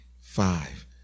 Five